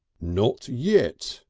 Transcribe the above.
not yet,